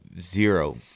zero